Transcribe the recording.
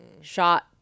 shot